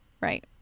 Right